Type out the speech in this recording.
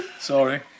Sorry